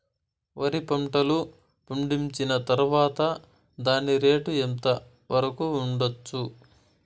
వరి పంటలు పండించిన తర్వాత దాని రేటు ఎంత వరకు ఉండచ్చు